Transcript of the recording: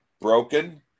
broken